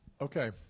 Okay